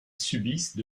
subissent